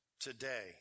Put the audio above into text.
today